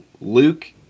Luke